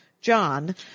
John